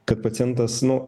kad pacientas nu